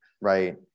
right